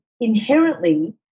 inherently